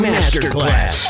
Masterclass